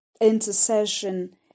intercession